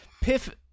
Piff